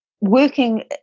working